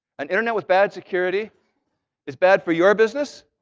an internet with bad security is bad for your business.